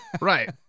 Right